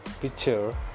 picture